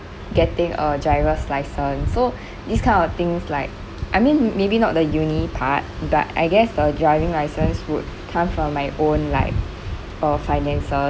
getting a driver's license so this kind of things like I mean maybe not the uni part but I guess the driving license would come from my own like uh finances